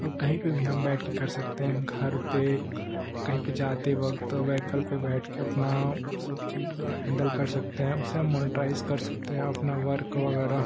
और कहीं पर भी हम बैठ कर कर सकते हैं घर पर कहीं पर जाते वक्त वेहिकल पर बैठ कर अपना सब चीज़ हैंडल कर सकते हैं उसे हम मोनीटराइज़ कर सकते हैं अपना वर्क वगैरह